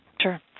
Sure